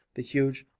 the huge,